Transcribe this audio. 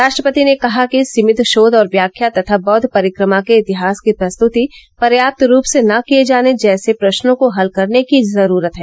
राष्ट्रपति ने कहा कि सीमित शोध और व्याख्या तथा बौद्ध परिक्रमा के इतिहास की प्रस्तुति पर्याप्त रूप से न किये जाने जैसे प्रश्नों को हल करने की जरूरत है